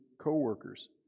co-workers